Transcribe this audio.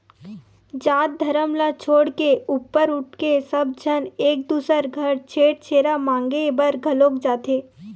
जात धरम ल छोड़ के ऊपर उठके सब झन एक दूसर घर छेरछेरा मागे बर घलोक जाथे